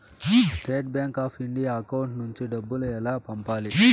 State Bank of India account నుంచి డబ్బులు ఎలా పంపాలి?